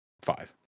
Five